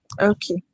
Okay